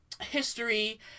history